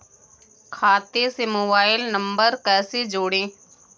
खाते से mobile number कैसे जोड़ें?